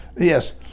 yes